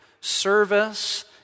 service